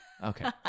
Okay